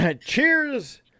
cheers